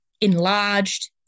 enlarged